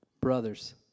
Brothers